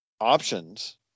options